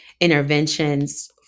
interventions